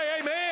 amen